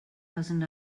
thousand